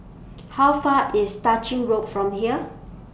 How Far IS Tah Ching Road from here